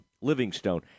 Livingstone